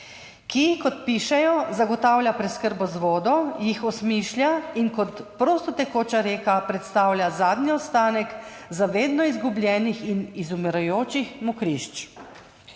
ki, kot pišejo, zagotavlja preskrbo z vodo, jih osmišlja in kot prostotekoča reka predstavlja zadnji ostanek za vedno izgubljenih in izumirajočih mokrišč.